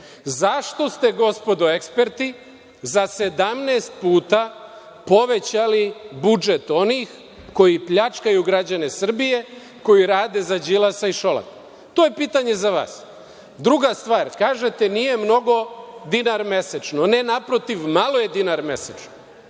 Zašto ste, gospodo eksperti, za 17 puta povećali budžet onih koji pljačkaju građane Srbije, koji rade za Đilasa i Šolaka? To je pitanje za vas. Druga stvar, kažete –nije mnogo dinar mesečno. Ne, naprotiv, malo je dinar mesečno.